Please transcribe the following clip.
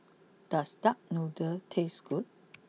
does Duck Noodle taste good